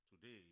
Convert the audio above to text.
today